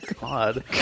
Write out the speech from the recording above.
God